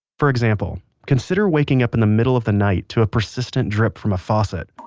for example consider waking up in the middle of the night to a persistent drip from a faucet.